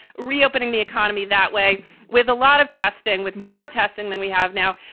reopening the economy that way with a lot of testing, with more testing than we have now.